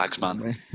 man